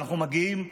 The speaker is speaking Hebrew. אנחנו מגיעים,